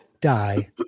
die